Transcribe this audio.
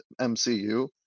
MCU